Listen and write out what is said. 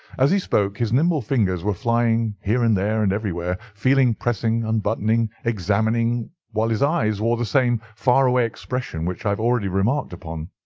as he spoke, his nimble fingers were flying here, and there, and everywhere, feeling, pressing, unbuttoning, examining, while his eyes wore the same far-away expression which i have already remarked upon.